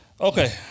Okay